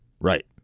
Right